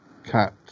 cat